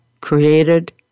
created